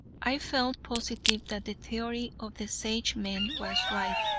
i felt positive that the theory of the sagemen was right,